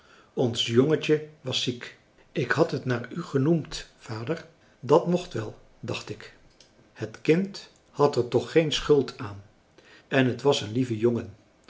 ons jongetje was ziek ik had het naar ù genoemd vader dat mocht wel dacht ik het kind had er toch geen schuld aan en het was een lieve jongen